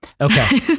Okay